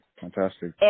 Fantastic